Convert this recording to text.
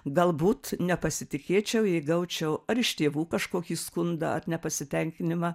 galbūt nepasitikėčiau jei gaučiau ar iš tėvų kažkokį skundą ar nepasitenkinimą